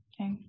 okay